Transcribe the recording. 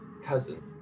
cousin